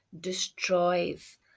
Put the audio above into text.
destroys